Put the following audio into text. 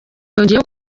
yongeyeho